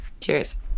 Cheers